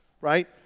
right